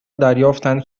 دریافتند